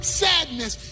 sadness